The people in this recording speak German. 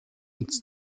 ins